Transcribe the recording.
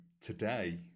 today